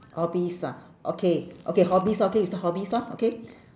hobbies ah okay okay hobbies okay we start hobbies lor okay